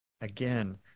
Again